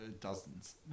Dozens